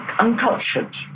Uncultured